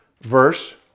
Verse